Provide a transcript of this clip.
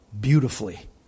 beautifully